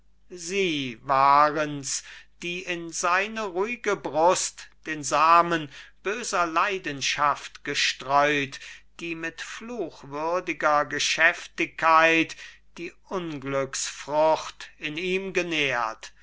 sie warens die in seine ruhge brust den samen böser leidenschaft gestreut die mit fluchwürdiger geschäftigkeit die unglücksfrucht in ihm genährt